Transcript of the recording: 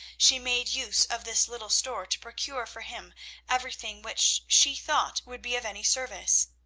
she made use of this little store to procure for him everything which she thought would be of any service.